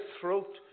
throat